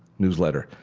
newsletter.